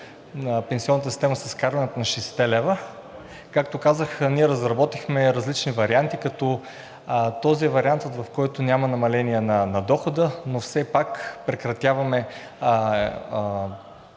пенсионната системата. С вкарването на 60-те лв., както казах, ние разработихме различни варианти. Този е вариантът, в който няма намаление на дохода, но все пак прекратяваме